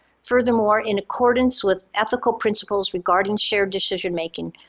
furthermore, in accordance with ethical principles regarding shared decision-making,